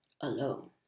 alone